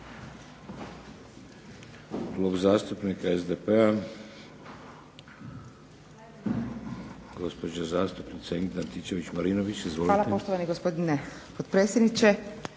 Hvala poštovani gospodine potpredsjedniče,